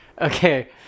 Okay